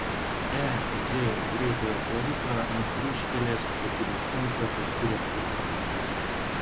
e z greitąją plovyklą nuo kryžkelės prekybos centro teskyrė kvartalas